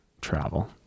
travel